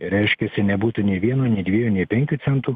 reiškiasi nebūtų nei vieno nei dviejų nei penkių centų